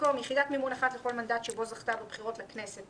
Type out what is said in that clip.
במקום "יחידת מימון אחת לכל מנדט שבו זכתה בבחירות לכנסת,